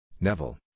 Neville